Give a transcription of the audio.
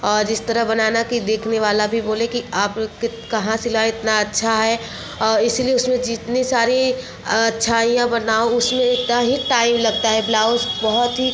और इस तरह बनाना कि देखने वाला भी बोले कि आप कहाँ सिलाए इतना अच्छा है अ इसलिए उसमें जितनी सारी अ अच्छाइयाँ बनाओ उसमें इतना ही टाइम लगता है ब्लाउज बहुत ही